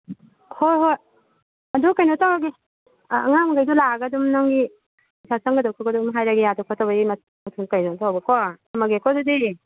ꯍꯣꯏ ꯍꯣꯏ ꯑꯗꯨ ꯀꯩꯅꯣ ꯇꯧꯔꯒꯦ ꯑꯉꯥꯡ ꯃꯈꯩꯗꯣ ꯂꯥꯛꯑꯒ ꯑꯗꯨꯝ ꯅꯪꯒꯤ ꯄꯩꯁꯥ ꯆꯪꯒꯗꯕ ꯈꯣꯠꯀꯗꯕ ꯑꯗꯨꯝ ꯍꯥꯏꯔꯛꯑꯒꯦ ꯌꯥꯗ ꯈꯣꯠꯇꯕꯒꯤ ꯃꯇꯨꯡ ꯁꯨꯝ ꯀꯩꯅꯣ ꯇꯧꯕꯀꯣ ꯊꯝꯃꯒꯦꯀꯣ ꯑꯗꯨꯗꯤ